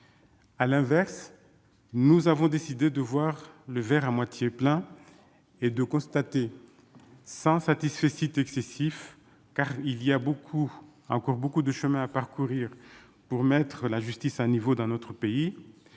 à l'inverse, nous avons décidé de voir le verre à moitié plein et de constater sans satisfecit excessif car il y a beaucoup encore beaucoup de chemin à parcourir pour mettre la justice un niveau dans notre pays,